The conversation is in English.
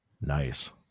Nice